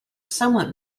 somewhat